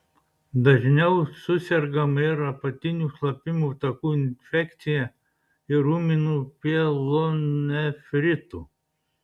dažniau susergama ir apatinių šlapimo takų infekcija bei ūminiu pielonefritu